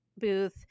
booth